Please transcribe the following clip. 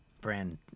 brand